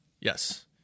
Yes